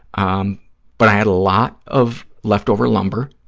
um but i had a lot of leftover lumber